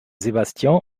sebastian